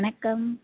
வணக்கம்